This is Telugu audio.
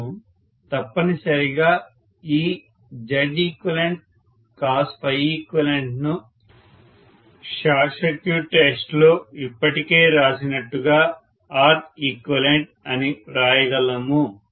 మనము తప్పనిసరిగా ఈ Zeqcoseq ను షార్ట్ సర్క్యూట్ టెస్ట్ లో ఇప్పటికే రాసినట్టుగా Reqఅని వ్రాయగలము